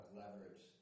leverage